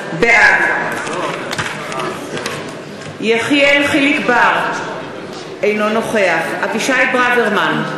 בעד יחיאל חיליק בר, אינו נוכח אבישי ברוורמן,